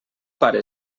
pare